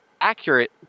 Accurate